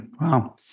Wow